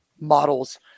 models